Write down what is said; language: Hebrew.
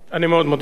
אני מאוד מודה לך.